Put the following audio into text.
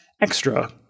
extra